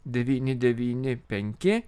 devyni devyni penki